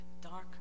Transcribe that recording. dark